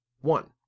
One